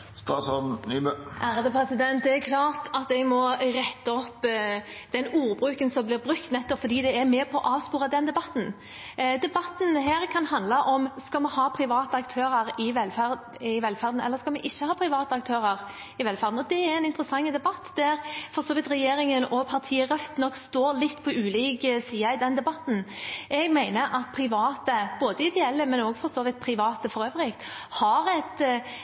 Det er klart at jeg må rette opp når det gjelder den ordbruken, nettopp fordi det er med på å avspore denne debatten. Denne debatten kan handle om: Skal vi ha private aktører i velferden, eller skal vi ikke ha private aktører i velferden? Det er en interessant debatt, og regjeringen og partiet Rødt står nok på ulike sider i den debatten. Jeg mener at private, både ideelle og for så vidt private for øvrig, kan være et